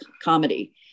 comedy